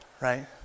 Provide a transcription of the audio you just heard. right